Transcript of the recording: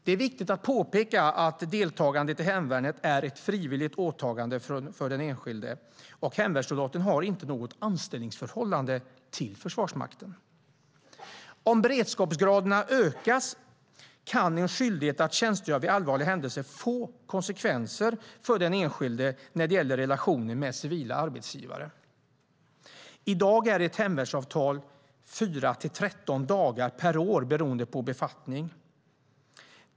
Det är viktigt att påpeka att deltagandet i hemvärnet är ett frivilligt åtagande för den enskilde. Hemvärnssoldaten har inte något anställningsförhållande till Försvarsmakten. Om beredskapsgraden ökas kan en skyldighet att tjänstgöra vid allvarliga händelser få konsekvenser för den enskilde när det gäller relationen med civila arbetsgivare. I dag omfattar ett hemvärnsavtal 4-13 dagar per år beroende på befattning.